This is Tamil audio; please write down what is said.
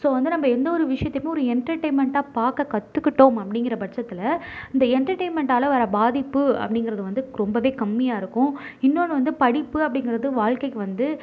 ஸோ வந்து நம்ம எந்த ஒரு விஷயத்தையுமே ஒரு என்டர்டைன்மெண்ட்டா பார்க்க கற்றுக்கிட்டோம் அப்படிங்கிற பட்சத்தில் இந்த என்டர்டைன்மெண்ட்டால வர பாதிப்பு அப்படிங்கிறது வந்து ரொம்ப கம்மியாக இருக்கும் இன்னொன்று வந்து படிப்பு அப்படிங்கிறது வாழ்க்கைக்கு வந்து